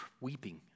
weeping